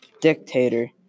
dictator